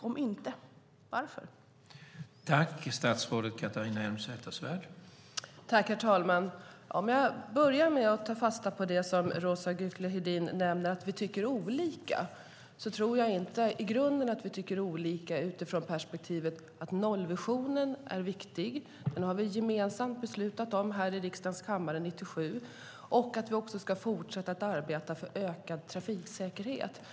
Om inte, varför?